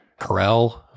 Carell